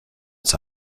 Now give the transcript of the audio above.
its